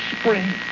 spring